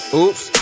Oops